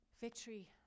Victory